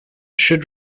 should